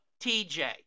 TJ